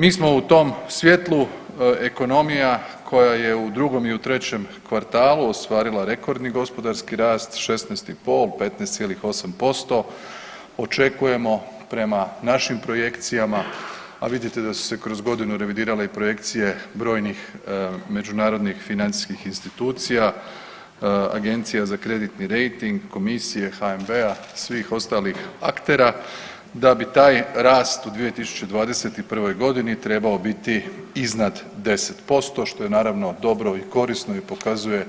Mi smo u tom svjetlu ekonomija koja je u drugom i u trećem kvartalu ostvarila rekordni rast 16 i po, 15,8% očekujemo prema našim projekcijama, a vidite da su se kroz godinu revidirale i projekcije brojnih međunarodnih financijskih institucija, Agencija za kreditni rejting, komisije HNB-a i svih ostalih aktera da bi taj rast u 2021.g. trebao biti iznad 10%, što je naravno dobro i korisno i pokazuje